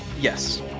Yes